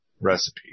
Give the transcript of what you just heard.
recipe